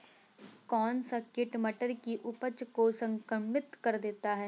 कौन सा कीट मटर की उपज को संक्रमित कर देता है?